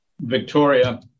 Victoria